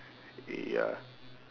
ya